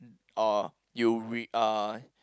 or you re~ uh